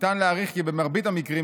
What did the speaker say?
ניתן להעריך כי במרבית המקרים,